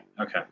okay